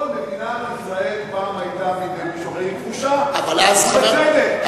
כל מדינת ישראל פעם היתה, כבושה, ובצדק.